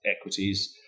equities